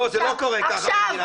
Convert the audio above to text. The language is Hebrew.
לא, זה לא קורה ככה במדינה מתוקנת.